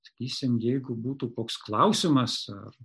sakysim jeigu būtų toks klausimas ar